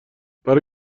برا